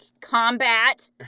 combat